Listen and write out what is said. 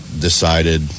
decided